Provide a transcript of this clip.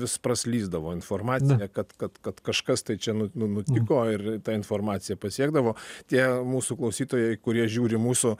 vis praslysdavo informacinė kad kad kad kažkas tai čia nu nutiko ir ta informacija pasiekdavo tie mūsų klausytojai kurie žiūri mūsų